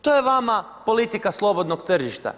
To je vama politika slobodnog tržišta.